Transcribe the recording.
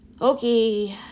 Okay